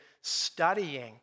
studying